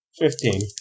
Fifteen